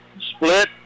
split